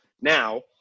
now